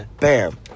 Bam